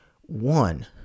One